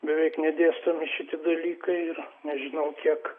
beveik nedėstomi šitie dalykai ir nežinau kiek